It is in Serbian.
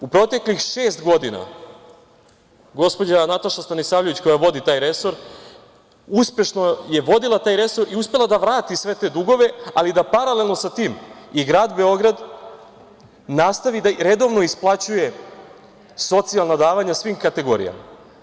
U proteklih šest godina gospođa Nataša Stanisavljević koja vodi taj resor uspešno je vodila taj resor i uspela da vrati sve te dugove, ali da paralelno sa tim i grad Beograd nastavi da redovno isplaćuje socijalna davanja svim kategorijama.